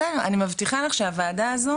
בסדר, אני מבטיחה לך שהוועדה הזו